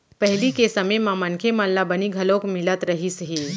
पहिली के समे म मनखे मन ल बनी घलोक मिलत रहिस हे